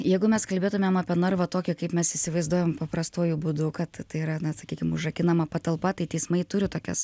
jeigu mes kalbėtumėm apie narvą tokį kaip mes įsivaizduojam paprastuoju būdu kad tai yra na sakykim užrakinama patalpa tai teismai turi tokias